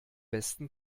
besten